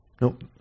Nope